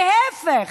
להפך,